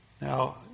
Now